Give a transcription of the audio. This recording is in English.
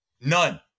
None